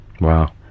Wow